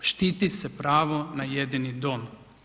Štiti se pravo na jedini dom.